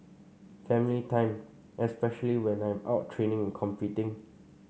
family time especially when I'm out training and competing